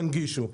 תנגישו.